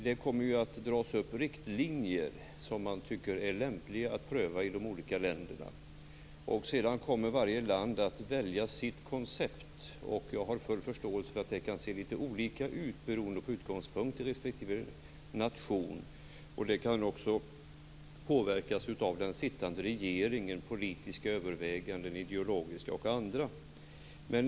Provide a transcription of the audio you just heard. Det kommer ju att dras upp riktlinjer som man tycker är lämpliga att pröva i de olika länderna. Sedan kommer varje land att välja sitt koncept. Jag har full förståelse för att det kan se litet olika ut beroende på utgångspunkten i respektive nation. Konceptet kan också påverkas av den sittande regeringen, politiska, ideologiska och andra överväganden.